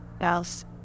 Else